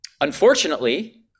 Unfortunately